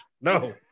no